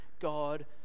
God